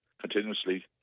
continuously